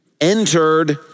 entered